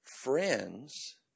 friends